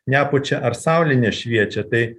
nepučia ar saulė nešviečia tai